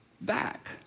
back